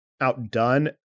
outdone